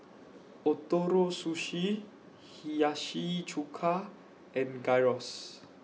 Ootoro Sushi Hiyashi Chuka and Gyros